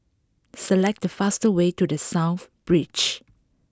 select the fastest way to The South Beach